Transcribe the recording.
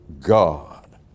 God